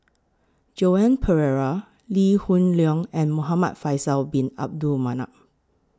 Joan Pereira Lee Hoon Leong and Muhamad Faisal Bin Abdul Manap